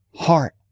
heart